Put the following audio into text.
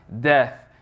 death